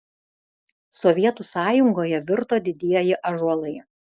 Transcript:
sovietų sąjungoje virto didieji ąžuolai